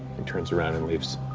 he turns around and leaves.